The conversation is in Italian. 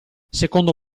secondo